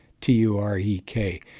T-U-R-E-K